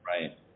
Right